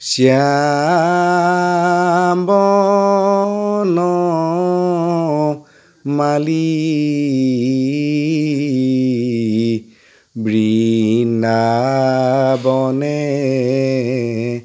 শ্যাম বনমালী বৃন্দাবনে